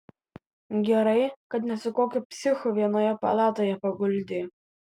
gerai kad ne su kokiu psichu vienoje palatoje paguldė